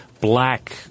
black